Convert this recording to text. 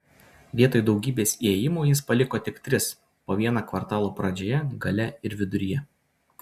vietoj daugybės įėjimų jis paliko tik tris po vieną kvartalo pradžioje gale ir viduryje